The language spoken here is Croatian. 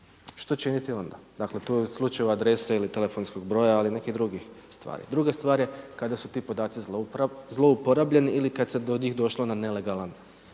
što činiti onda. Dakle to u slučaju adrese ili telefonskog broja ali i nekih drugih stvari. Druga stvar je kada su ti podaci zlouporabljeni ili kada se do njih došlo na nelegalan